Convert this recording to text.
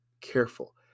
careful